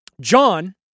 John